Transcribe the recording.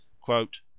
quote